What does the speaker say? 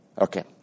Okay